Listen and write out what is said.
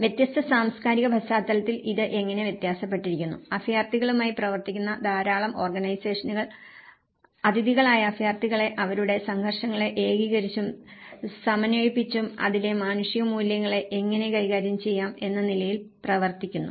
വ്യത്യസ്ത സാംസ്കാരിക പശ്ചാത്തലത്തിൽ ഇത് എങ്ങനെ വ്യത്യാസപ്പെട്ടിരിക്കുന്നു അഭയാർത്ഥികളുമായി പ്രവർത്തിക്കുന്ന ധാരാളം ഓർഗനൈസേഷനുകൾ അഥിതികളായ അഭയാർത്ഥികലെ അവരുടെ സംഘർഷങ്ങളെ ഏകീകരിച്ചും സമാനസ്വയിപ്പിച്ചും അതിലെ മാനുഷിക മൂല്യങ്ങളെ എങ്ങനെ കൈകാര്യം ചെയ്യാം എന്ന നിലയിൽ പ്രവർത്തിക്കുന്നു